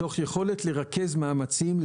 תוך יכולת לרכז מאמצים,